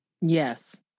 yes